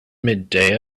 midday